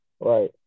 Right